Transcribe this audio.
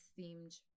themed